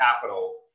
capital